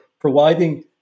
providing